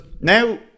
now